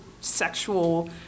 sexual